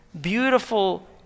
beautiful